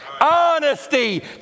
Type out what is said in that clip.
honesty